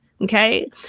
Okay